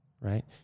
Right